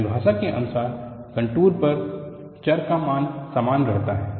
परिभाषा के अनुसार कंटूर पर चर का मान समान रहता है